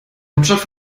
hauptstadt